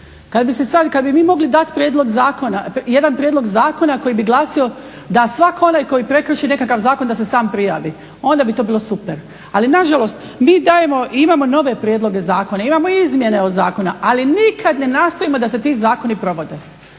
kad bi mi mogli dati jedan prijedlog zakona koji bi glasio da svak onaj koji prekrši nekakav zakon da se sam prijavi onda bi to bilo super. Ali nažalost mi dajemo i imamo nove prijedloge zakona, imamo izmjene od zakona, ali nikad ne nastojimo da se ti zakoni provode.